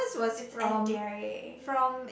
it's endearing